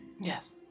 Yes